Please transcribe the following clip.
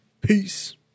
Peace